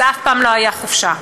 זו אף פעם לא הייתה חופשה.